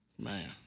Man